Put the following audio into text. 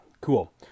cool